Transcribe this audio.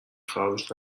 خرابش